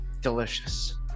Delicious